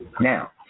Now